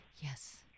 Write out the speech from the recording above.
Yes